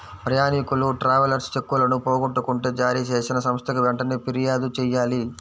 ప్రయాణీకులు ట్రావెలర్స్ చెక్కులను పోగొట్టుకుంటే జారీచేసిన సంస్థకి వెంటనే పిర్యాదు చెయ్యాలి